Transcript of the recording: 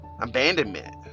abandonment